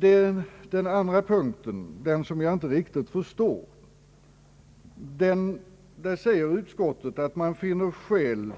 På den andra punkten som jag inte riktigt förstår säger utskottet att det finner skäl